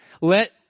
Let